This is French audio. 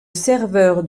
serveurs